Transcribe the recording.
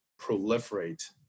proliferate